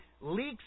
leaks